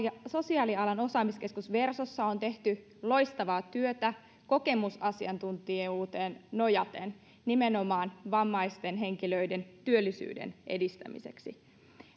sosiaalialan osaamiskeskus versossa on tehty loistavaa työtä kokemusasiantuntijuuteen nojaten nimenomaan vammaisten henkilöiden työllisyyden edistämiseksi